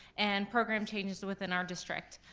and program changes within our district.